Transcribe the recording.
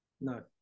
no